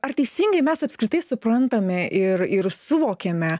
ar teisingai mes apskritai suprantame ir ir suvokiame